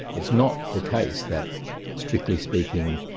it's not the case that strictly speaking,